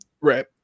Right